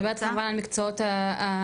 את מדברת כמובן על מקצועות הטיפול